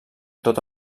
tot